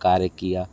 कार्य किया